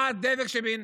מה הדבק שבין